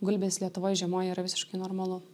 gulbės lietuvoj žiemoja yra visiškai normalu